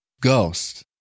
Ghost